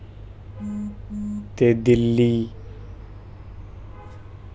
ते दिल्ली